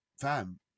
Fam